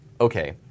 okay